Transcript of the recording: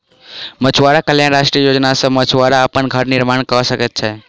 मछुआरा कल्याण राष्ट्रीय योजना सॅ मछुआरा अपन घर निर्माण कय सकै छै